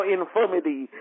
infirmity